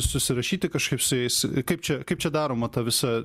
susirašyti kažkaip su jais kaip čia kaip čia daroma ta visa